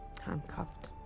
handcuffed